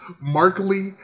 Markley